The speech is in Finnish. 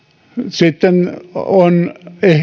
sitten on